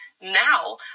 Now